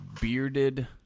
bearded